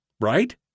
Right